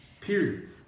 Period